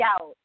out